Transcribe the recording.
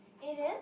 eh then